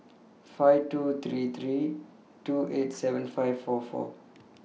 five two three three two eight seven five four four